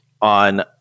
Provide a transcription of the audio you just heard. on